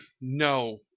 no